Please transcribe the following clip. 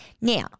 Now